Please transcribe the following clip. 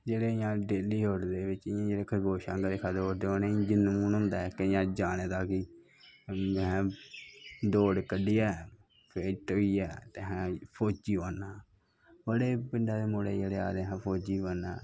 जेह्ड़े इयां डेल्ली दौड़दे इयां खरगोश आह्ला लेक्खा दौड़दे उनेंगी जनून होंदा ऐ इक जाने दा कि में दौड़ कड्डियै ते फिट्ट होना ऐ बड़े पिंडा दे मुड़े आखदे जेह्ड़े फौजी बनना ऐ